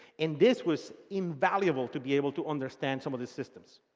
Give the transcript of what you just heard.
and this was invaluable to be able to understand some of the systems.